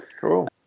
Cool